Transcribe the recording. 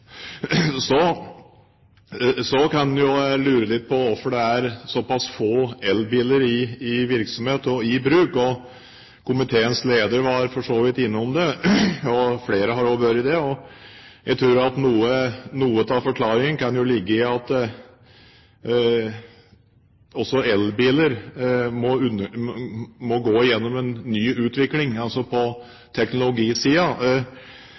er såpass få elbiler i bruk. Komiteens leder – og flere andre også – har for så vidt vært innom det. Jeg tror at noe av forklaringen kan være at også elbiler må gå igjennom en ny utvikling,